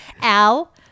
Al